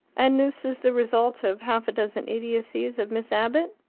and this is the result of half-a-dozen idiocies of miss abbott?